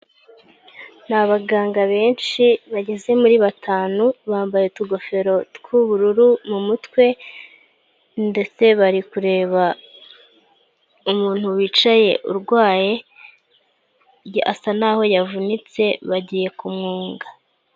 Ni abaganga benshi bageze muri batanu bambaye utugofero tw'ubururu mu mutwe ndetse bari kureba umuntu wicaye urwaye asa naho yavunitse bagiye kumwunga.